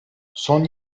son